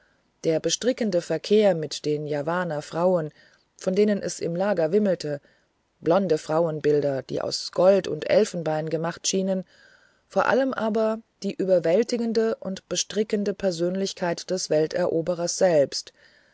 der bestrickende verkehr mit den javaner frauen von denen es im lager wimmelte blonde frauenbilder die aus gold und elfenbein gemacht schienen vor allem aber die überwältigende und bestrickende persönlichkeit des welteroberers selbst